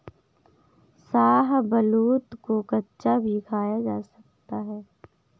शाहबलूत को कच्चा भी खाया जा सकता है